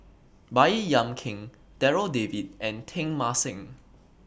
Baey Yam Keng Darryl David and Teng Mah Seng